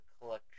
Collection